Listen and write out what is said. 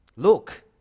Look